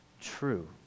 true